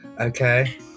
Okay